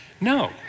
No